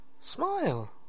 Smile